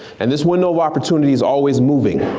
and this window of opportunity is always moving,